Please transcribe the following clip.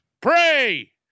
Pray